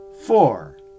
Four